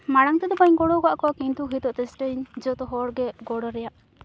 ᱢᱟᱲᱟᱝ ᱛᱮᱫᱚ ᱵᱟᱹᱧ ᱜᱚᱲᱚ ᱟᱠᱟᱫ ᱠᱚᱣᱟ ᱠᱤᱱᱛᱩ ᱱᱤᱛᱚᱜ ᱪᱮᱥᱴᱟᱭᱟᱧ ᱡᱚᱛᱚ ᱦᱚᱲᱜᱮ ᱜᱚᱲᱚ ᱨᱮᱭᱟᱜ